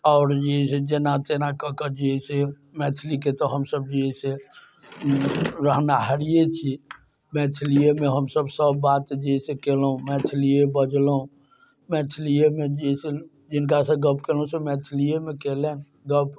आओर जे अइ से जेना तेना कऽ के जे अइ से मैथिलीके तऽ हमसभ भी जे अइ से रहनहारिए छी मैथलिएमे हमसभ सभ बात जे अइ से कयलहुँ मैथलिए बजलहुँ मैथलिएमे जे अइ से जिनकासँ गप्प कयलहुँ से मैथलिएमे कयलनि गप्प